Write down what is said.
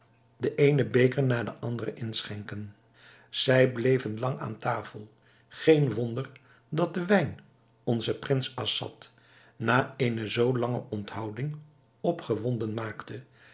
den eenen beker na den anderen inschenken zij bleven lang aan tafel geen wonder dat de wijn onzen prins assad na eene zoo lange onthouding opgewonden maakte